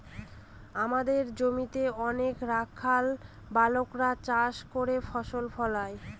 আমাদের জমিতে অনেক রাখাল বালকেরা চাষ করে ফসল ফলায়